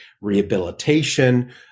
rehabilitation